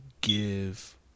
give